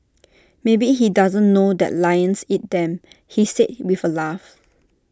maybe he doesn't know that lions eat them he said with A laugh